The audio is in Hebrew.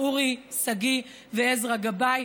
אורי שגיא ועזרא גבאי.